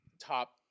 top